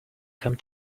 come